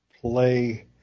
play